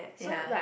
ya